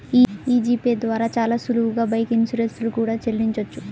యీ జీ పే ద్వారా చానా సులువుగా బైక్ ఇన్సూరెన్స్ లు కూడా చెల్లించొచ్చు